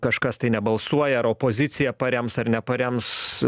kažkas tai nebalsuoja ar opozicija parems ar neparems